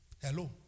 Hello